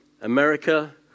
America